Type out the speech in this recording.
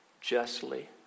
Justly